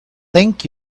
thank